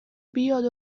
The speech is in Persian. بیاد